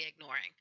ignoring